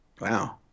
Wow